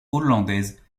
hollandaise